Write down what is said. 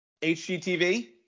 HGTV